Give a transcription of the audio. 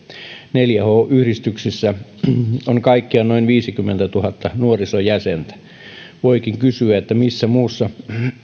neljä h yhdistyksissä on kaikkiaan noin viisikymmentätuhatta nuorisojäsentä voikin kysyä missä muussa